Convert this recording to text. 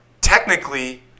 technically